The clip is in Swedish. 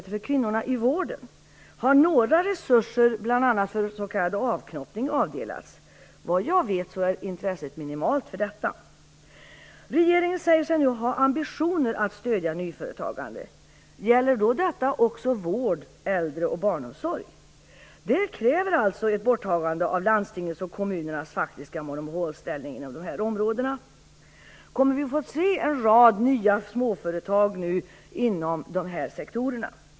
Regeringen säger sig nu ha ambitioner att stödja nyföretagande. Gäller detta också för vård och för äldre och barnomsorg? Det kräver i så fall ett borttagande av landstingens och kommunernas faktiska monopolställning inom dessa områden. Kommer vi nu att få se en rad nya småföretag inom de här sektorerna?